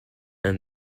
and